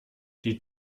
die